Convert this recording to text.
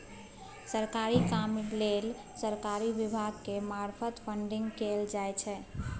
सरकारी काम लेल सरकारी विभाग के मार्फत फंडिंग कएल जाइ छै